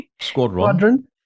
Squadron